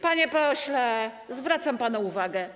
Panie pośle, zwracam panu uwagę.